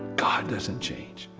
god doesn't change.